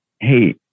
hey